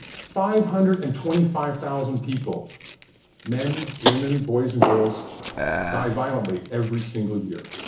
five hundred and twenty five thousand people men, women, boys and girls die violently every single year.